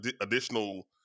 additional